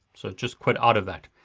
so just quit out of that,